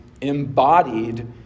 embodied